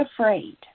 afraid